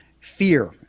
Fear